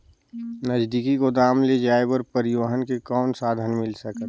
नजदीकी गोदाम ले जाय बर परिवहन के कौन साधन मिल सकथे?